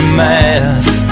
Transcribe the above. math